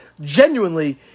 Genuinely